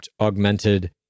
augmented